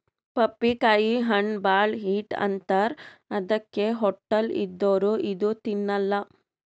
ಪಪ್ಪಿಕಾಯಿ ಹಣ್ಣ್ ಭಾಳ್ ಹೀಟ್ ಅಂತಾರ್ ಅದಕ್ಕೆ ಹೊಟ್ಟಲ್ ಇದ್ದೋರ್ ಇದು ತಿನ್ನಲ್ಲಾ